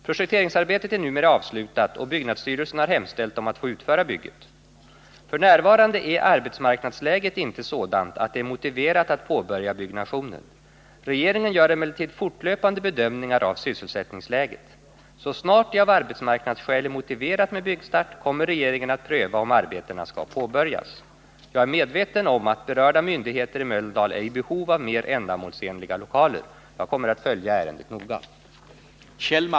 Projekteringsarbetet är numera avslutat, och byggnadsstyrelsen har hemställt om att få utföra bygget. F.n. är arbetsmarknadsläget inte sådant att det är motiverat att påbörja byggnationen. Regeringen gör emellertid fortlöpande bedömningar av sysselsättningsläget. Så snart det av arbetsmarknadsskäl är motiverat med byggstart kommer regeringen att pröva om arbetena skall påbörjas. Jag är medveten om att berörda myndigheter i Mölndal är i behov av mer ändamålsenliga lokaler. Jag kommer att följa ärendet noga.